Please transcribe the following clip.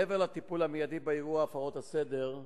מעבר לטיפול המיידי באירוע הפרות הסדר,